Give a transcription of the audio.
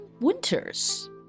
Winters